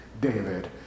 David